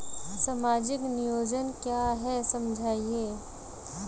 सामाजिक नियोजन क्या है समझाइए?